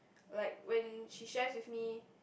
like when she shares with me